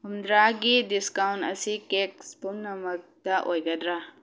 ꯍꯨꯝꯗ꯭ꯔꯥꯒꯤ discount ꯑꯁꯤ cakes ꯄꯨꯝꯅꯃꯛꯇ ꯑꯣꯏꯒꯗ꯭ꯔꯥ